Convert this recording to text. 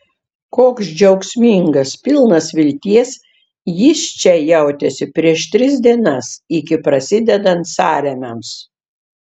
koks džiaugsmingas pilnas vilties jis čia jautėsi prieš tris dienas iki prasidedant sąrėmiams